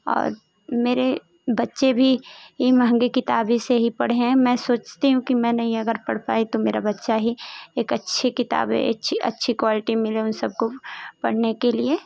और मेरे बच्चे भी इ मंहगी किताबें से ही पढ़ें मैं सोचती हूँ कि मैं नहीं अगर पढ़ पाई तो मेरा बच्चा ही एक अच्छी किताबें अच्छी अच्छी कुआल्टी मिले वो सब पढ़ने के लिए